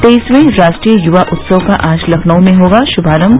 तेईसवें राष्ट्रीय युवा उत्सव का आज लखनऊ में होगा शुभारम्म